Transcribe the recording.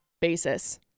basis